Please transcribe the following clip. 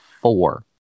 four